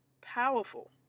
powerful